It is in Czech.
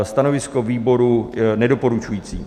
Stanovisko výboru: nedoporučující.